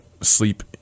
sleep